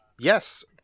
Yes